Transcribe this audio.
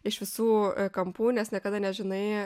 iš visų kampų nes niekada nežinai